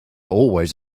always